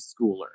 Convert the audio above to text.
schooler